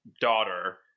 daughter